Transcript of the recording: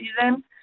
season